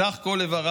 סך כל איבריו,